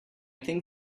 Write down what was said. think